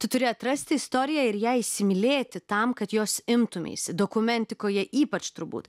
tu turi atrasti istoriją ir ją įsimylėti tam kad jos imtumeisi dokumentikoje ypač turbūt